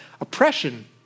oppression